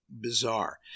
bizarre